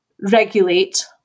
regulate